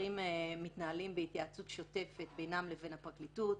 הדברים מתנהלים בהתייעצות שוטפת בינם לבין הפרקליטות,